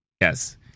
Yes